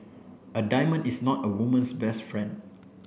a diamond is not a woman's best friend